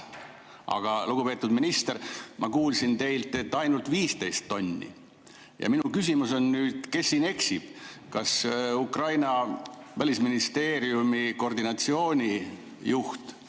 Aga, lugupeetud minister, ma kuulsin teilt, et ainult 15 tonni. Minu küsimus on, kes siin eksib: kas Ukraina välisministeeriumi koordinatsioonijuht